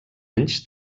anys